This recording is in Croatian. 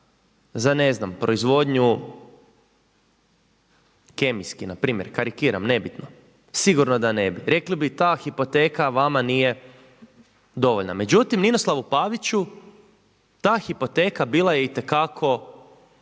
za ne znam proizvodnju kemijskih, npr. karikiram, nebitno? Sigurno da ne bi. Rekli bi ta hipoteka vama nije dovoljna. Međutim, Ninoslavu Paviću ta hipoteka bila je itekako